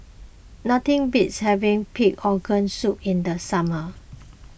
nothing beats having Pig Organ Soup in the summer